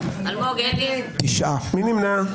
מי נמנע?